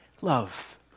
love